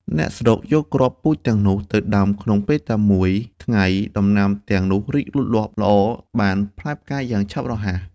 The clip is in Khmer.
អ្នកស្រុកយកគ្រាប់ ពូជទាំងនោះ ទៅដាំក្នុងពេលតែមួយថ្ងៃដំណាំទាំងនោះរីកលូតលាស់ល្អបានផ្កាផ្លែយ៉ាងឆាប់រហ័ស ។